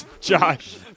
Josh